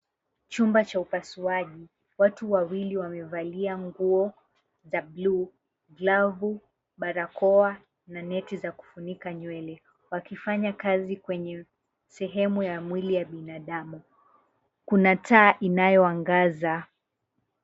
Chumba cha upasuaji, watu wawili wamevalia nguo za bluu, glavu, barakoa na neti za kufunika nywele, wakifanya kazi kwenye sehemu ya mwili ya binadamu. Kuna taa inayoangaza.